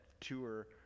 tour